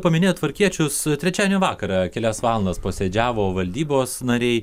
paminėjot tvarkiečius trečiadienio vakarą kelias valandas posėdžiavo valdybos nariai